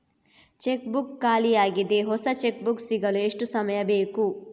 Check book ಖಾಲಿ ಯಾಗಿದೆ, ಹೊಸ ಚೆಕ್ ಬುಕ್ ಸಿಗಲು ಎಷ್ಟು ಸಮಯ ಬೇಕು?